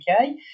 Okay